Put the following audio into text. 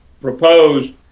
proposed